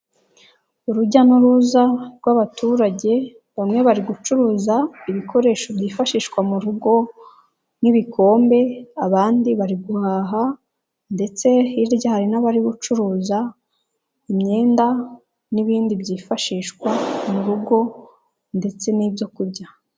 Urujya n'uruza rw'abaturage bamwe bari gucuruza ibikoresho byifashishwa mu rugo nk'ibikombe, abandi bari guhaha ndetse hirya hari n'abari gucuruza imyenda n'ibindi byifashishwa mu rugo ndetse n'ibyo kurya.